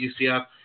UCF